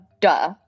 duh